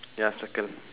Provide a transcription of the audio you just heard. ya circle